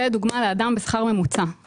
זה דוגמה לאדם בשכר ממוצע.